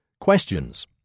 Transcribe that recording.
Questions